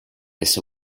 this